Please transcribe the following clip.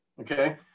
okay